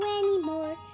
anymore